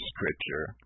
Scripture